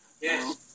yes